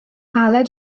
aled